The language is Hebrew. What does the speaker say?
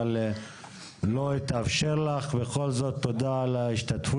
אבל לא התאפשר לך, בכל זאת תודה על ההשתתפות שלך.